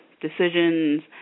decisions